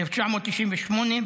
1998,